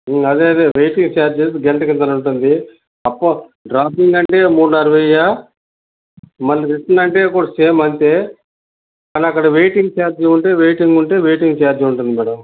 అదే అదే waiting charges గంటకింతని ఉంటుంది డ్రాపింగ్ అంటే మూడున్నరవెయ్యా మళ్ళీ రిటర్న్ అంటే కూడా సేమ్ అంతే కానక్కడ వెయిటింగ్ ఛార్జీ ఉంటే వెయిటింగ్ ఉంటే వెయిటింగ్ ఛార్జీ ఉంటుంది మేడం